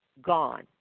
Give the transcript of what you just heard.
gone